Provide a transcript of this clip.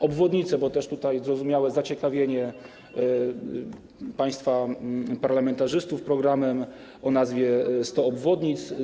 Obwodnice - bo jest zrozumiałe zaciekawienie państwa parlamentarzystów programem o nazwie „100 obwodnic”